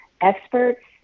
experts